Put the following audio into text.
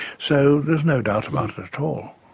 so there's no doubt about it at all.